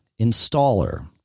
installer